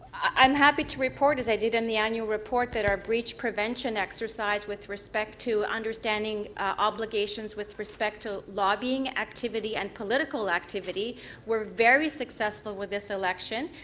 i'm happy to report as i did in the annual report that our breach prevention exercise with respect to understanding obligations with respect to lobbying activity and political activity were very successful with this election.